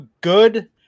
good